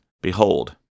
Behold